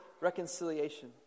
reconciliation